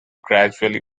gradually